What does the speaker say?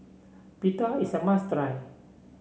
pita is a must try